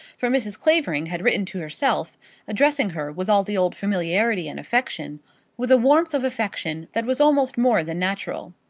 for mrs. clavering had written to herself addressing her with all the old familiarity and affection with a warmth of affection that was almost more than natural.